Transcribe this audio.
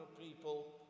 people